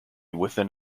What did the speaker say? within